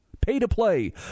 Pay-to-play